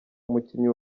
umukinnyi